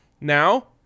now